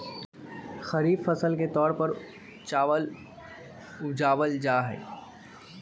खरीफ फसल के तौर पर चावल उड़ावल जाहई